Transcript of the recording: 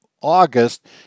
August